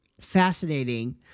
fascinating